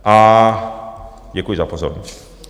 A děkuji za pozornost.